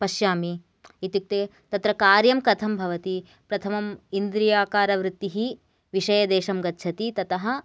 पश्यामि इत्युक्ते तत्र कार्यं कथं भवति प्रथमम् इन्द्रीयाकारवृत्तिः विषयदेशं गच्छति ततः